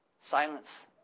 Silence